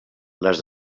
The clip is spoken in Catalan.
les